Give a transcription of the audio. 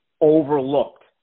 overlooked